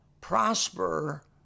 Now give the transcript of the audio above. prosper